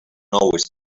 always